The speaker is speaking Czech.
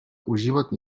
užívat